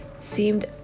seemed